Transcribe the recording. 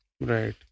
Right